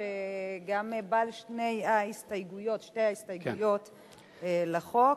שהוא גם בעל שתי ההסתייגויות לחוק.